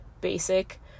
basic